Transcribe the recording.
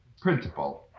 principle